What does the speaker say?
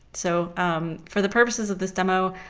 so um for the purposes of this demo,